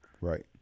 Right